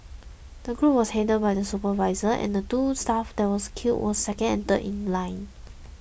the group was headed by the supervisor and the two staff that were killed were second and third in line